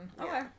Okay